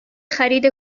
خرید